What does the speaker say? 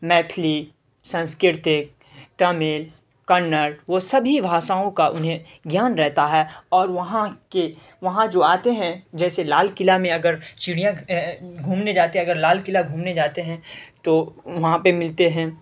میتھلی سنسکرتک تمل کنڑ وہ سبھی بھاشاؤں کا انہیں گیان رہتا ہے اور وہاں کے وہاں جو آتے ہیں جیسے لال قلعہ میں اگر چڑیا گھومنے جاتے ہیں اگر لال قلعہ گھومنے جاتے ہیں تو وہاں پہ ملتے ہیں